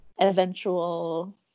eventual